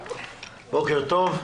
בוקר טוב.